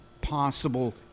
possible